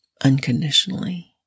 unconditionally